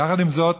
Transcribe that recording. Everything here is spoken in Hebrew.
יחד עם זאת,